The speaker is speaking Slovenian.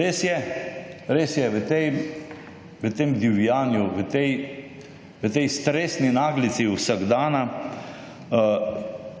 Res je, v tem divjanju, v tej stresni naglici vsakdana